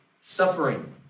suffering